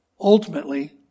ultimately